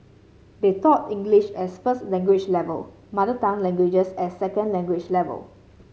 they taught English as first language level mother tongue languages at second language level